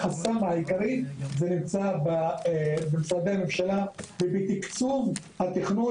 החסם העיקרי נמצא במשרדי הממשלה ובתקצוב התכנון,